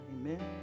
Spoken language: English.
Amen